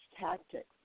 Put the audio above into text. tactics